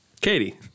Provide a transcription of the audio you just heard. Katie